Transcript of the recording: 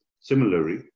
Similarly